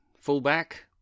fullback